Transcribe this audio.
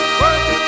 work